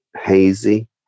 hazy